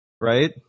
Right